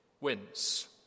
wins